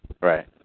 Right